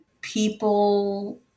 people –